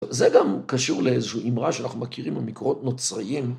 זה גם קשור לאיזושהי אימרה שאנחנו מכירים במקורות נוצריים.